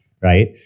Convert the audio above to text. right